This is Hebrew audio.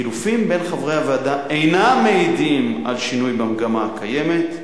חילופים בין חברי הוועדה אינם מעידים על שינוי במגמה הקיימת,